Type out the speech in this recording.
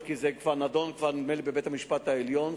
כי נדמה לי שזה נדון כבר בבית-המשפט העליון,